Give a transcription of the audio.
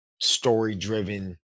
story-driven